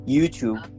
YouTube